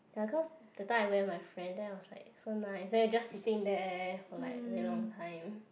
ya cause the time I went my friend then I was like so nice then you just sitting there for like very long time